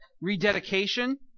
rededication